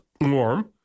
warm